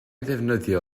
ddefnyddio